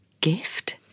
gift